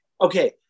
okay